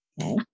Okay